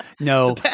No